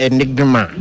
Enigma